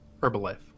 Herbalife